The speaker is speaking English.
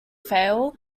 fail